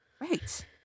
Right